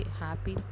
happy